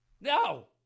No